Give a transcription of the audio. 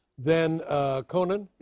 then conan,